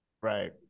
Right